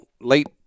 late